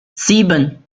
sieben